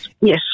yes